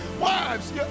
Wives